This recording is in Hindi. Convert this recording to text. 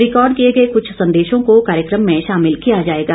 रिकॉर्ड किए गए कुछ संदेशों को कार्यक्रम में शामिल किया जाएगा